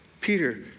Peter